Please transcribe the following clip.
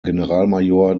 generalmajor